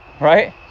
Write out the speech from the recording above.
Right